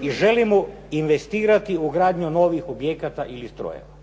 I želim investirati u gradnju novih objekata ili strojeva.